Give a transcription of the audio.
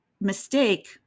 mistake